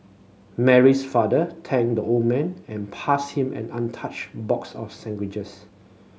Mary's father thanked the old man and passed him an untouched box of sandwiches